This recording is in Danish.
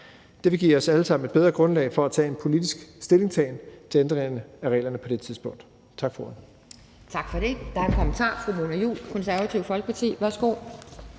Det vil give os alle sammen et bedre grundlag for en politisk stillingtagen til ændringerne af reglerne på det tidspunkt. Tak for ordet.